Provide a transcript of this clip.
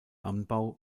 anbau